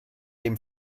dem